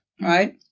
right